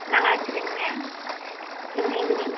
நல்லா இருக்கிறேங்க ஏங்க இன்னைக்கு